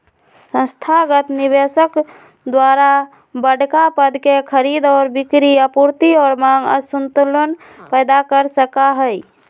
संस्थागत निवेशक द्वारा बडड़ा पद के खरीद और बिक्री आपूर्ति और मांग असंतुलन पैदा कर सका हई